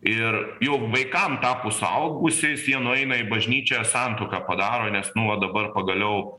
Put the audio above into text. ir jau vaikam tapus suaugusiais jie nueina į bažnyčią santuoką padaro nes nu va dabar pagaliau